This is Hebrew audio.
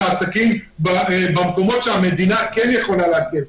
העסקים במקומות שהמדינה כן יכולה להקל.